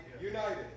united